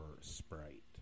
Sprite